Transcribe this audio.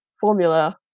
formula